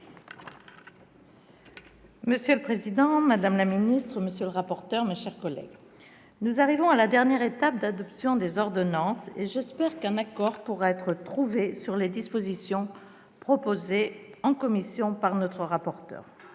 Monsieur le président, madame la ministre, monsieur le rapporteur, mes chers collègues, nous arrivons à la dernière étape du processus d'adoption des ordonnances. J'espère qu'un accord pourra être trouvé sur les dispositions proposées en commission par le rapporteur.